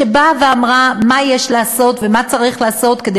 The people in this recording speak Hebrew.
שאמרה מה יש לעשות ומה צריך לעשות כדי